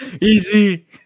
Easy